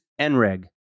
NREG